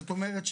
זאת אומרת,